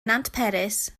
nantperis